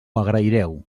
agraireu